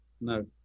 No